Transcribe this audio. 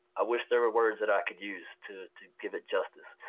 i wish there were words that i could use to to give it justice.